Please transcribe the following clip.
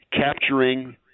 capturing